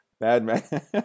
madman